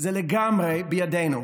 זה לגמרי בידינו.